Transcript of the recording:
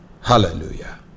hallelujah